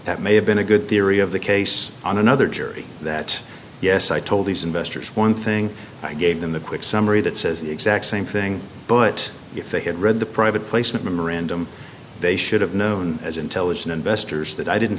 that may have been a good theory of the case on another jury that yes i told these investors one thing i gave them a quick summary that says the exact same thing but if they had read the private placement memorandum they should have known as intelligent investors that i didn't